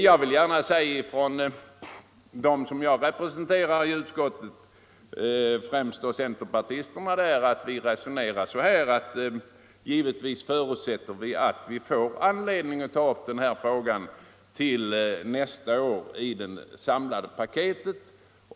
Jag vill gärna betona — och jag talar då för dem som jag representerar i utskottet, främst centerpartisterna — att givetvis förutsätter vi att det blir anledning att ta upp frågan nästa år i det samlade paketet.